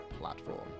platform